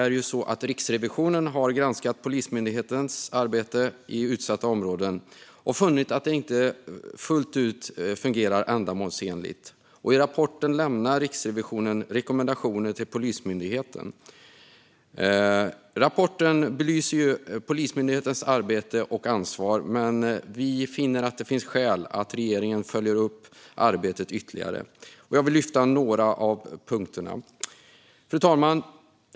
Riksrevisionen har granskat Polismyndighetens arbete i utsatta områden och funnit att det inte fullt ut fungerar ändamålsenligt. I rapporten lämnar Riksrevisionen rekommendationer till Polismyndigheten. Rapporten belyser Polismyndighetens arbete och ansvar, men vi finner att det finns skäl att regeringen följer upp arbetet ytterligare. Jag vill lyfta några av punkterna. Fru talman!